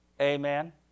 Amen